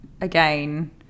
again